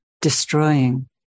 destroying